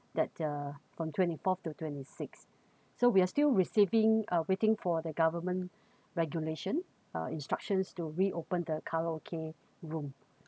that the from twenty fourth to twenty sixth so we are still receiving uh waiting for the government regulation uh instructions to reopen the karaoke room